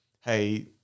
hey